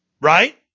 Right